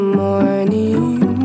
morning